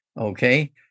Okay